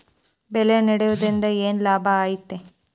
ಬೆಳೆ ನೆಡುದ್ರಿಂದ ಏನ್ ಲಾಭ ಐತಿ?